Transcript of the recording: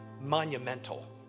monumental